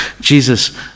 Jesus